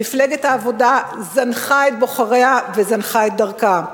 מפלגת העבודה זנחה את בוחריה וזנחה את דרכה,